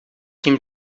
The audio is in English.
seem